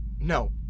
No